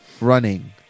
running